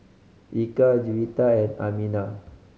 Eka Juwita and Aminah